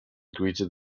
greeted